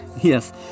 Yes